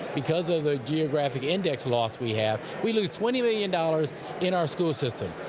because of the geographic index loss we have, we lose twenty million dollars in our school system